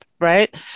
right